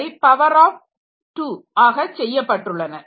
அவை power of 2 ஆக செய்யப்பட்டுள்ளன